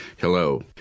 Hello